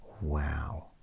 Wow